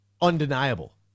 undeniable